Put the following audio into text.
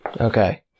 Okay